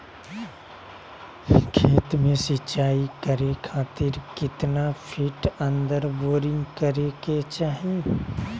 खेत में सिंचाई करे खातिर कितना फिट अंदर बोरिंग करे के चाही?